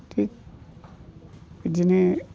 थिख बिदिनो